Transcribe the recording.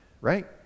right